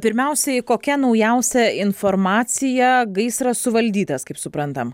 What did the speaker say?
pirmiausiai kokia naujausia informacija gaisras suvaldytas kaip suprantam